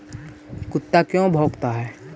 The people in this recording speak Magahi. कुत्ता क्यों भौंकता है?